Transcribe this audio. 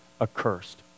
accursed